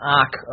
arc